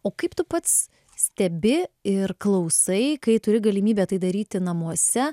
o kaip tu pats stebi ir klausai kai turi galimybę tai daryti namuose